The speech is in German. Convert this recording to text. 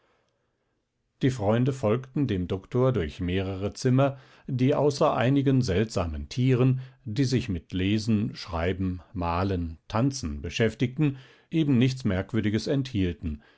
die freunde folgten dem doktor durch mehrere zimmer die außer einigen seltsamen tieren die sich mit lesen schreiben malen tanzen beschäftigten eben nichts merkwürdiges enthielten